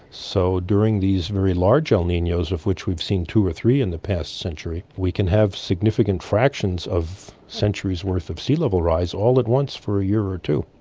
so during these very large el ninos of which we've seen two or three in the past century, we can have significant fractions of century's worth of sea level rise all at once for a year or two.